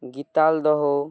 গিতাল দহ